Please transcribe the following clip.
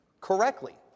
correctly